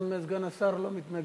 גם סגן השר לא מתנגד?